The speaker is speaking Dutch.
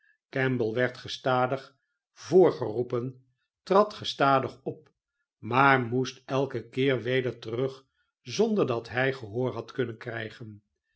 kemble werd gestadig voorgeroepen trad gestadig op maar moest elken keer weder terug zonder dat hy gehoor had kunnen krijgen